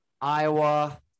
Iowa